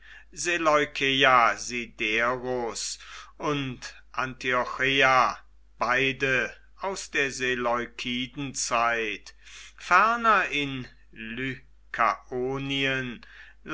seleukeia siderus und antiocheia beide aus der seleukidenzeit ferner in